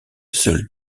seul